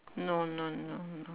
no no no no no